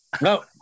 No